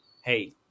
hey